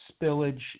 spillage